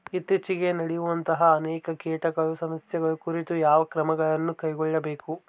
ಇತ್ತೇಚಿಗೆ ನಡೆಯುವಂತಹ ಅನೇಕ ಕೇಟಗಳ ಸಮಸ್ಯೆಗಳ ಕುರಿತು ಯಾವ ಕ್ರಮಗಳನ್ನು ಕೈಗೊಳ್ಳಬೇಕು?